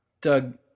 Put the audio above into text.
Doug